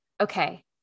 okay